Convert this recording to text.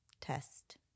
test